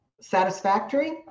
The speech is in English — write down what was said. satisfactory